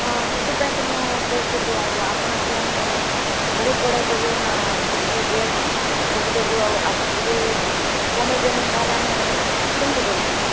ହଁ ସେଥିପାଇଁ ତ ମୁଁ କହୁଥିଲି ଆଉ ଆପଣ ଯଦି ଆମେ ବହୁତ ଗୁଡ଼େ ଦେବୁନା କୁର୍ତି ଡ୍ରେସ୍ ସବୁ ଦେବୁ ଆଉ ଆପଣ ଯଦି କମାଇବେନି ତା'ହେଲେ ଆମେ କେମିତି କରିବୁ